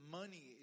money